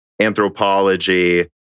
anthropology